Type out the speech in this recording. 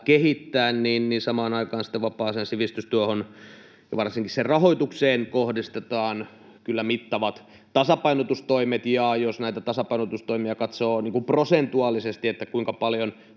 kehittää mutta samaan aikaan vapaaseen sivistystyöhön ja varsinkin sen rahoitukseen kohdistetaan kyllä mittavat tasapainotustoimet. Jos näitä tasapainotustoimia katsoo prosentuaalisesti, eli kuinka paljon